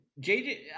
JJ